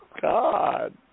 God